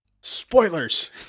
Spoilers